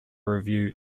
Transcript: review